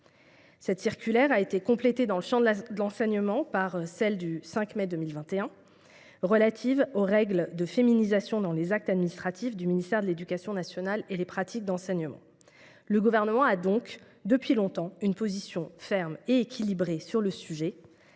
Cette circulaire a été complétée dans le champ de l’enseignement par celle du 5 mai 2021 relative aux règles de féminisation dans les actes administratifs du ministère de l’éducation nationale et des pratiques d’enseignement. Le Gouvernement a donc, depuis longtemps, une position ferme et équilibrée sur le sujet